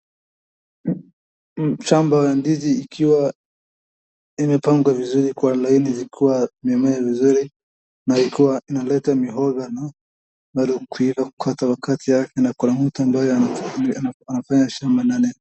Shamba la ndizi ikiwa imepangwa vizuri kwa laini zikiwa zimemea vizuri na ikiwa inaleta mihothano . Bado na wakati na kuna anapee shamba nane.